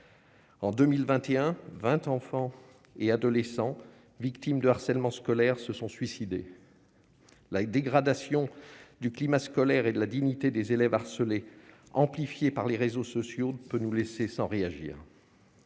En 2021 20 enfants et adolescents victimes de harcèlement scolaire se sont suicidés, la dégradation du climat scolaire et de la dignité des élèves harcelés, amplifié par les réseaux sociaux ne peut nous laisser sans réagir.